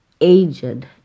aged